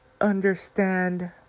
understand